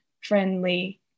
friendly